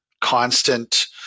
constant